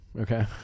Okay